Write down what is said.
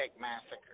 Massacre